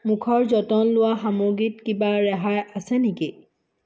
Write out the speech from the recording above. মুখৰ যতন লোৱা সামগ্ৰীত কিবা ৰেহাই আছে নেকি